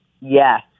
Yes